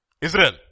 Israel